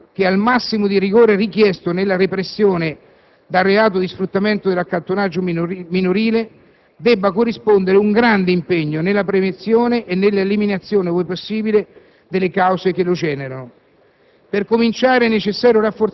pertanto che al massimo di rigore richiesto nella repressione del reato di sfruttamento dell'accattonaggio minorile debba corrispondere un grande impegno nella prevenzione e nell'eliminazione, ove possibile, delle cause che lo generano.